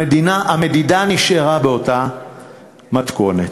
המדידה נשארה באותה מתכונת.